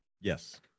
Yes